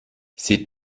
sie